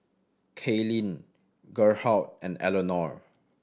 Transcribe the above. Kaelyn Gerhardt and Eleanore